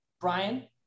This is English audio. Brian